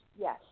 Yes